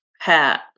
hat